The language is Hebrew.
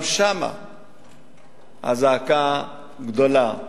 גם שם הזעקה גדולה.